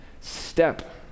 step